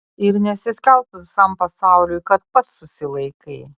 ir nesiskelbk visam pasauliui kad pats susilaikai